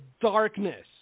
darkness